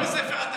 בספר התקציב,